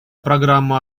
программа